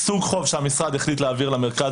סוג חוב שהמשרד החליט להעביר למרכז